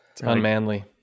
unmanly